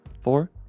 Four